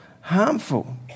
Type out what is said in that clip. harmful